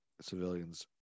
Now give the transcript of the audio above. civilians